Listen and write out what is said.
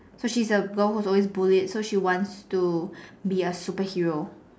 so she's a girl who is always bullied so she wants to be a superhero